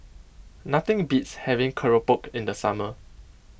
nothing beats having Keropok in the summer